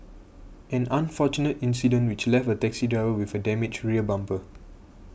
an unfortunate incident which left a taxi driver with a damaged rear bumper